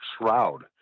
Shroud